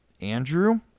Andrew